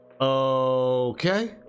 okay